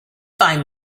find